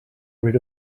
rid